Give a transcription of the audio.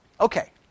Okay